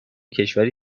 کشور